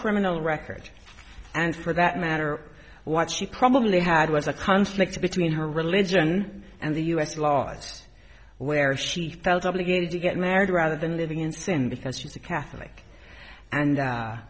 criminal record and for that matter what she probably had was a conflict between her religion and the us laws where she felt obligated to get married rather than living in sin because she was a catholic and